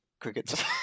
Crickets